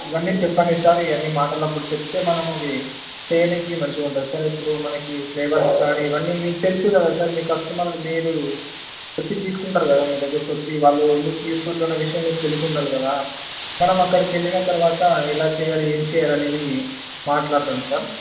ఇవన్నీ చెప్పలేదు సార్ ఇవన్నీ మాటల్లో అప్పుడు చెప్తే మనం అవి చేయడానికి మంచిగా ఉంటుంది సార్ ఇప్పుడు మనకు ఫ్లేవర్స్ కానీ ఇవన్నీ మీకు తెలుసు కదా సార్ మీ కస్టమర్ మీరు వచ్చి తీసుకుంటారు కదా మీ దగ్గరకు వచ్చి వాళ్ళు ఎందుకు తీసుకుంటున్నారు అన్న విషయం మీకు తెలుసుండాలి కదా మనం అక్కడికి వెళ్ళిన తరువాత ఎలా చేయాలి ఏమి చేయాలి అనేది మాట్లాడుదాం సార్